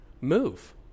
Move